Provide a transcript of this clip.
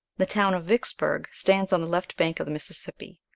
the town of vicksburgh stands on the left bank of the mississippi,